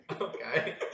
Okay